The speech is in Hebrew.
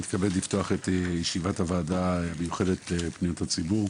אני מתכבד לפתוח את ישיבת הוועדה המיוחדת לפניות הציבור,